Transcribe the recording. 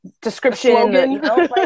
description